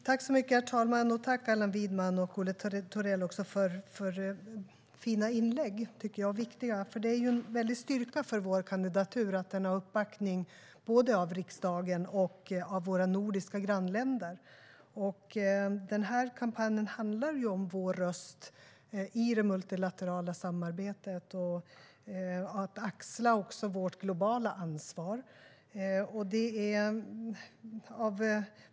Herr talman! Jag vill tacka Allan Widman och Olle Thorell för fina och viktiga inlägg. Det är en styrka för vår kandidatur att den har uppbackning av såväl riksdagen som våra nordiska grannländer. Den här kampanjen handlar om vår röst i det multilaterala samarbetet och om att axla vårt globala ansvar.